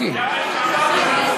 מיקי זוהר, איזו אג'נדה יש לך?